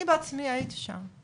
אני בעצמי הייתי שם.